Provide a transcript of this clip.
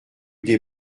des